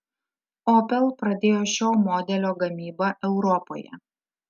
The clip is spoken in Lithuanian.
opel pradėjo šio modelio gamybą europoje